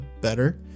better